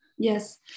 Yes